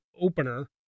opener